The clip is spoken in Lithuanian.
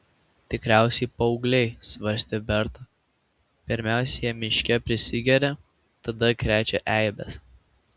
tikriausiai paaugliai svarstė berta pirmiausia jie miške prisigeria tada krečia eibes